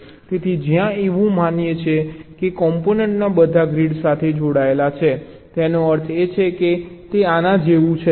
તેથી જ્યાં એવું માનીએ છીએ કે કોમ્પોનન્ટો બધા ગ્રીડ સાથે જોડાયેલા છે તેનો અર્થ એ છે કે તે આના જેવું છે